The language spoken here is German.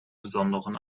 besonderen